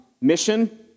mission